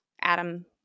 Adam